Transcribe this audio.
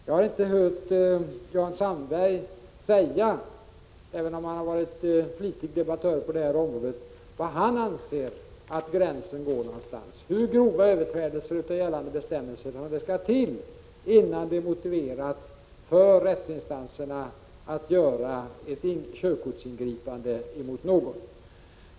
Jag har inte hört Jan Sandberg säga, även om han har varit en flitig debattör på det här området, var han anser att gränsen bör gå eller hur grova överträdelser av gällande bestämmelser som skall till för att det skall vara motiverat för rättsinstanserna att göra ett körkortsingripande mot någon.